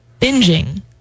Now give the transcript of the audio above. binging